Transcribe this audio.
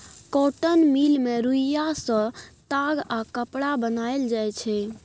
cotton mill मे रुइया सँ ताग आ कपड़ा बनाएल जाइ छै